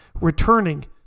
returning